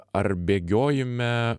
ar bėgiojime